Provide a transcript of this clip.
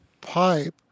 pipe